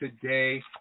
today